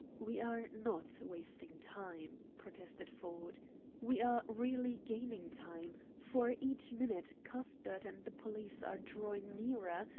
we are not wasting time, protested ford we are really gaining time, for each minute cuthbert and the police are drawing nearer,